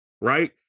Right